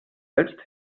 selbst